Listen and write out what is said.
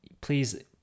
Please